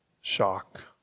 Shock